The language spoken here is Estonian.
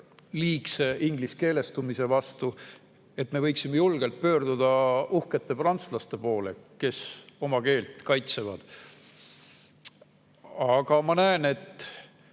liigse ingliskeelestumise vastu. Nii et me võiksime julgelt pöörduda uhkete prantslaste poole, kes oma keelt kaitsevad. Aga ma näen, et